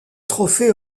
trophée